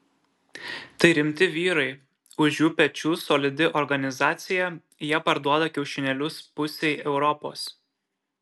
tai rimti vyrai už jų pečių solidi organizacija jie parduoda kiaušinėlius pusei europos